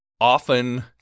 often